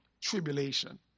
tribulation